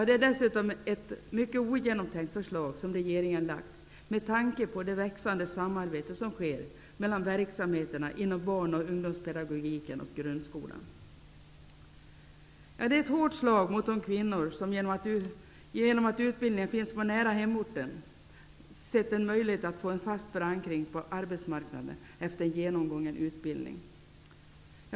Det är dessutom ett mycket ogenomtänkt förslag som regeringen har lagt med tanke på det växande samarbete som sker mellan verksamheterna inom barn och ungdomspedagogiken och grundskolan. Det är ett hårt slag mot de kvinnor som genom att utbildningen finns nära hemorten sett en möjlighet att få en fast förankring på arbetsmarknaden efter genomgången utbildning.